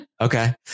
okay